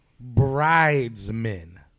bridesmen